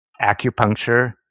acupuncture